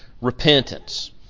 repentance